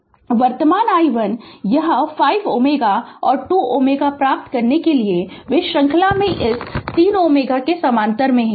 Refer Slide Time 1055 वर्तमान i1 यह 5 Ω और 2 Ω प्राप्त करने के लिए वे श्रृंखला में इस 3 Ω के समानांतर हैं